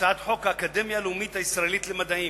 האקדמיה הלאומית הישראלית למדעים.